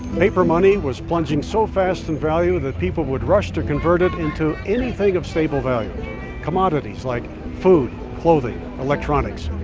paper money was plunging so fast in value that people would rush to convert it into anything of stable value commodities like food, clothing, electronics.